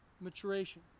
maturation